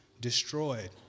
destroyed